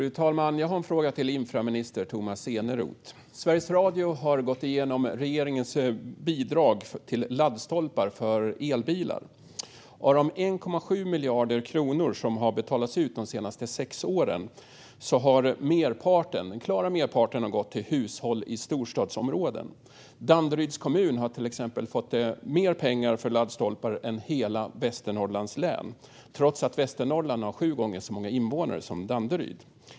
Fru talman! Jag har en fråga till infrastrukturminister Tomas Eneroth. Sveriges Radio har gått igenom regeringens bidrag till laddstolpar för elbilar. Av de 1,7 miljarder kronor som har betalats ut de senaste sex åren har den klara merparten gått till hushåll i storstadsområden. Danderyds kommun har till exempel fått mer pengar för laddstolpar än hela Västernorrlands län, trots att Västernorrland har sju gånger så många invånare som Danderyd.